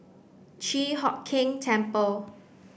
Chi Hock Keng Temple